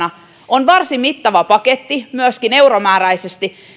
on varsin mittava paketti myöskin euromääräisesti